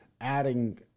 adding